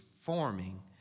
forming